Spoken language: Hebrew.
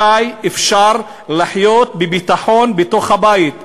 מתי אפשר לחיות בביטחון בתוך הבית?